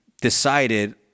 decided